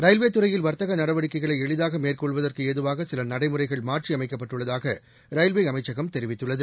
railway துறையில் வர்த்தக நடவடிக்கைகளை எளிதாக மேற்கொள்வதற்கு ஏதுவாக சில நடைமுறைகள் மாற்றியமைக்கப்பட்டுள்ளதாக ரயில்வே அமைச்சகம் தெரிவித்துள்ளது